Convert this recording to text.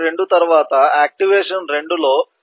2 తరువాత యాక్టివేషన్ 2 లో తదుపరి క్రమం 2